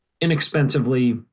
inexpensively